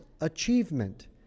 achievement